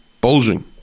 bulging